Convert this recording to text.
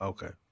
Okay